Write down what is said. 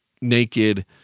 naked